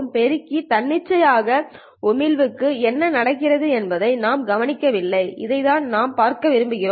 பெருக்கி தன்னிச்சையான உமிழ்வுக்கு என்ன நடக்கிறது என்பதை நாம் கவனிக்கவில்லை அதைத்தான் நாம் பார்க்க விரும்புகிறோம்